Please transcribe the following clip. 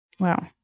Wow